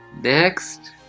Next